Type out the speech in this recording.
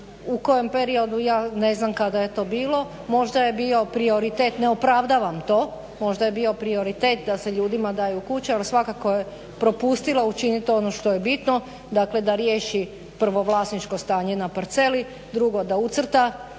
u kojem periodu ja ne znam kada je to bilo možda je bio prioritet, ne opravdavam to, možda je bio prioritet da se ljudima daju kuće ali svakako je propustila učiniti ono što je bitno. Dakle, da riješi prvo vlasničko stanje na parceli, drugo da ucrta